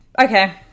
okay